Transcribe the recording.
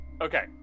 Okay